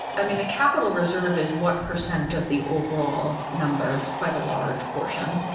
i mean, the capital reserve is what percent of the overall number? it's quite a large portion.